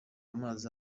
amazi